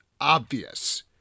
obvious